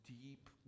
deep